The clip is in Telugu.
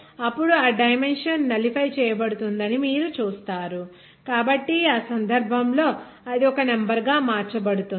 అప్పుడు ఆ డైమెన్షన్ నలిఫై చేయబడుతుందని చూస్తారు కాబట్టి ఆ సందర్భంలో అది ఒక నెంబర్ గా మార్చబడుతుంది